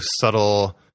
subtle